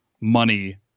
money